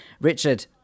Richard